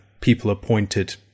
people-appointed